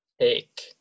take –